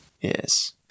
yes